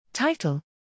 Title